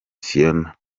phiona